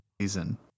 season